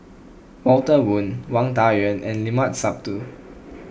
Walter Woon Wang Dayuan and Limat Sabtu